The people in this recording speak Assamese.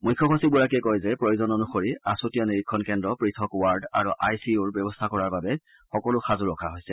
মুখ্য সচিবগৰাকীয়ে কয় যে প্ৰয়োজন অনুসৰি আছুতীয়া নিৰীক্ষণ কেন্দ্ৰ পৃথক ৱাৰ্ড আৰু আই চি ইউৰ ব্যৱস্থা কৰাৰ বাবে সকলো সাজু ৰখা হৈছে